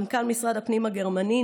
מנכ"ל משרד הפנים הגרמני,